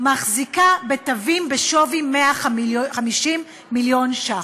מחזיקה בתווים בשווי 150 מיליון שקלים.